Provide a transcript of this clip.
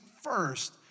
first